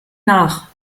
nach